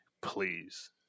Please